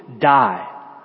die